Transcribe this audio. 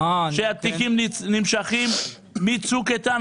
שהתיקים נמשכים מ"צוק איתן",